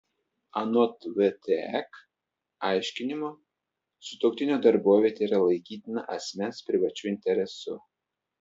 anot vtek aiškinimo sutuoktinio darbovietė yra laikytina asmens privačiu interesu